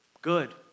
Good